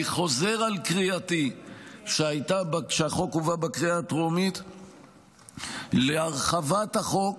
ואני חוזר על קריאתי שהייתה כשהחוק הובא בקריאה הטרומית להרחבת החוק